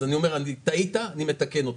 אז אני אומר, טעית, אני מתקן אותך.